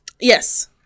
Yes